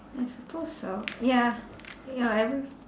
I suppose so ya ya every